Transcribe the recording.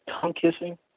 tongue-kissing